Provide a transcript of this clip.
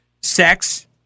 sex